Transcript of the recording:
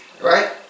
right